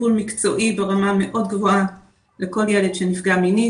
טיפול מקצועי ברמה מאוד גבוהה לכל ילד שנפגע מינית.